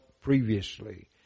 previously